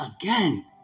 again